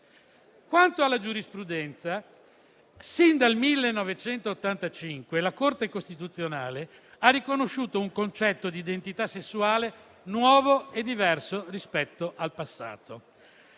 Quanto alla giurisprudenza, sin dal 1985 la Corte costituzionale ha riconosciuto un concetto di identità sessuale nuovo e diverso rispetto al passato,